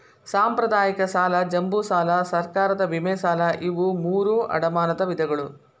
ಸಾಂಪ್ರದಾಯಿಕ ಸಾಲ ಜಂಬೂ ಸಾಲಾ ಸರ್ಕಾರದ ವಿಮೆ ಸಾಲಾ ಇವು ಮೂರೂ ಅಡಮಾನದ ವಿಧಗಳು